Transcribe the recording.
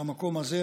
במקום הזה,